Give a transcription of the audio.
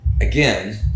again